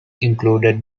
included